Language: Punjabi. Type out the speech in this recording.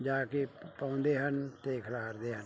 ਜਾ ਕੇ ਪਾਉਂਦੇ ਹਨ ਅਤੇ ਖਿਲਾਰਦੇ ਹਨ